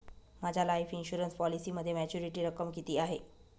माझ्या life insurance पॉलिसीमध्ये maturity रक्कम किती आहे?